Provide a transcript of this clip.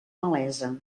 malesa